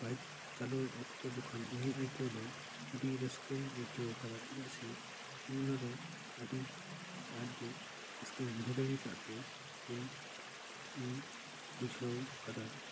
bike ᱪᱟᱹᱞᱩ ᱚᱠᱛᱚ ᱡᱚᱠᱷᱚᱱ ᱤᱧᱟᱹᱜ ᱟᱹᱭᱠᱟᱹᱣ ᱫᱚ ᱟᱹᱰᱤ ᱨᱟᱹᱥᱠᱟᱹᱧ ᱟᱹᱭᱠᱟᱹᱣ ᱠᱟᱫᱟ ᱪᱮᱫᱟᱜ ᱥᱮ ᱤᱧ ᱱᱚᱰᱮ ᱟᱹᱰᱤ ᱟᱸᱴᱜᱮ ᱨᱟᱹᱥᱠᱟᱹᱧ ᱵᱩᱡᱷᱟᱹᱣ ᱫᱟᱲᱮ ᱠᱟᱫ ᱛᱮ ᱤᱧ ᱤᱧ ᱵᱩᱡᱷᱟᱹᱣ ᱠᱟᱫᱟ